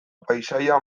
paisaia